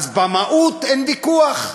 אז במהות אין ויכוח,